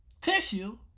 tissue